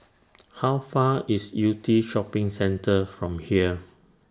How Far away IS Yew Tee Shopping Centre from here